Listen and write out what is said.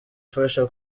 ifasha